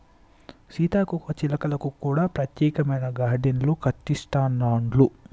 సీతాకోక చిలుకలకు కూడా ప్రత్యేకమైన గార్డెన్లు కట్టిస్తాండ్లు